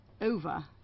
over